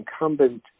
incumbent